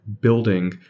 building